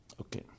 Okay